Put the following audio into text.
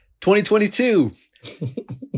2022